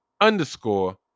underscore